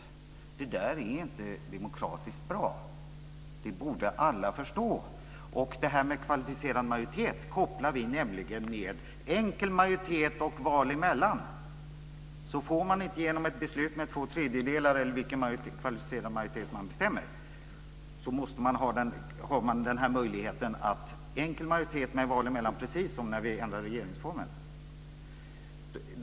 Det är inte demokratiskt bra. Det borde alla förstå. Kvalificerad majoritet kopplar vi nämligen till enkel majoritet och val emellan. Så får man inte igenom ett beslut med två tredjedelar, eller vilken kvalificerad majoritet som man bestämmer, så har man denna möjlighet med enkel majoritet med val emellan precis som när vi ändrar i regeringsformen.